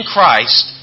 Christ